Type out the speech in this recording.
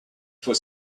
for